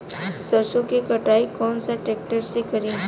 सरसों के कटाई कौन सा ट्रैक्टर से करी?